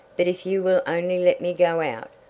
but if you will only let me go out,